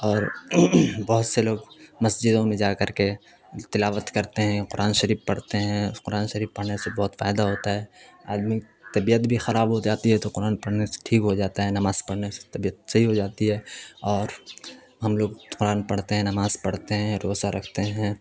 اور بہت سے لوگ مسجدوں میں جا کر کے تلاوت کرتے ہیں قرآن شریف پڑھتے ہیں قرآن شریف پڑھنے سے بہت فائدہ ہوتا ہے آدمی طبیعت بھی خراب ہو جاتی ہے تو قرآن پڑھنے سے ٹھیک ہو جاتا ہے نماز پڑھنے سے طبیعت صحیح ہو جاتی ہے اور ہم لوگ قرآن پڑھتے ہیں نماز پڑھتے ہیں روزہ رکھتے ہیں